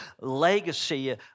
legacy